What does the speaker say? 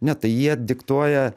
ne tai jie diktuoja